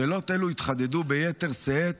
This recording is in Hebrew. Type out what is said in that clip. שאלות אלו התחדדו ביתר שאת